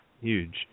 huge